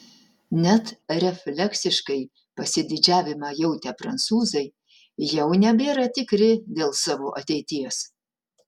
net refleksiškai pasididžiavimą jautę prancūzai jau nebėra tikri dėl savo ateities